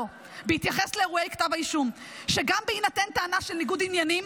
ובהתייחס לאירועי כתב האישום רשמה שגם בהינתן טענה של ניגוד עניינים